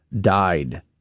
died